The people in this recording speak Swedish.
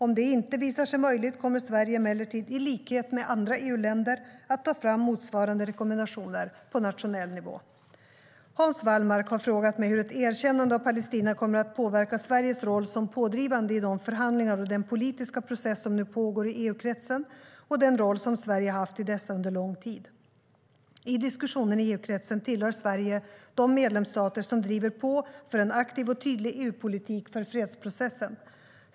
Om det inte visar sig möjligt kommer Sverige emellertid, i likhet med andra EU-länder, att ta fram motsvarande rekommendationer på nationell nivå. Hans Wallmark har frågat mig hur ett erkännande av Palestina kommer att påverka Sveriges roll som pådrivande i de förhandlingar och den politiska process som nu pågår i EU-kretsen och den roll som Sverige haft i dessa under lång tid. I diskussionen i EU-kretsen tillhör Sverige de medlemsstater som driver på för en aktiv och tydlig EU-politik för fredsprocessen.